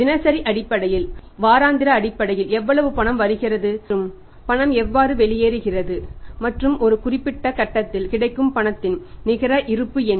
தினசரி அடிப்படையில் வாராந்திர அடிப்படையில் எவ்வளவு பணம் வருகிறது மற்றும் பணம் எவ்வாறு வெளியேறுகிறது மற்றும் ஒரு குறிப்பிட்ட கட்டத்தில் கிடைக்கும் பணத்தின் நிகர இருப்பு என்ன